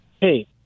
Hey